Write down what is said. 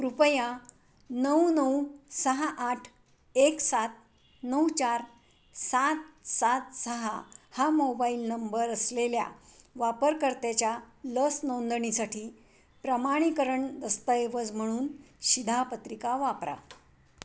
कृपया नऊ नऊ सहा आठ एक सात नऊ चार सात सात सहा हा मोबाईल नंबर असलेल्या वापरकर्त्याच्या लस नोंदणीसाठी प्रमाणीकरण दस्तऐवज म्हणून शिधापत्रिका वापरा